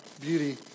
beauty